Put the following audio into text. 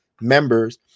Members